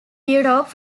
europe